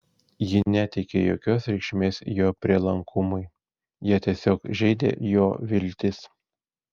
ji neteikė jokios reikšmės jo prielankumui ją tiesiog žeidė jo viltys